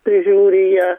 prižiūri ją